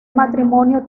matrimonio